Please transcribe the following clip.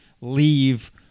leave